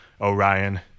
Orion